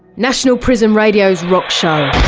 national prison radio's rock show.